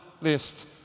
list